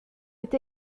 est